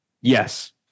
Yes